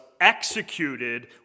executed